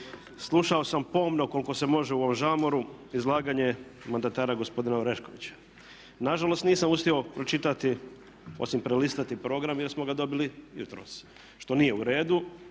Slušao sam pomno koliko se može u ovom žamoru izlaganje mandatara gospodina Oreškovića. Nažalost nisam uspio pročitati osim prolistati program jer smo ga dobili jutros, što nije u redu